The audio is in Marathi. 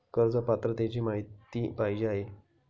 कर्ज पात्रतेची माहिती पाहिजे आहे?